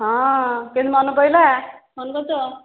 ହଁ କେମିତି ମନେ ପଡ଼ିଲା ଫୋନ୍ କରୁଛ